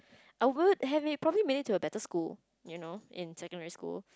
I would have~ probably made it to a better school you know in secondary school